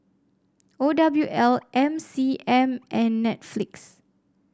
O W L M C M and Netflix